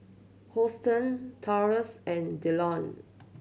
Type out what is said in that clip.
Hosteen Taurus and Dillion